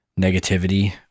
negativity